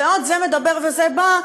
ועוד זה מדבר וזה בא,